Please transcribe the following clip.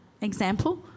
example